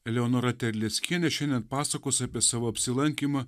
eleonora terleckienė šiandien pasakos apie savo apsilankymą